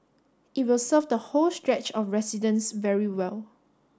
it will serve the whole stretch of residents very well